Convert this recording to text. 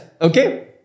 okay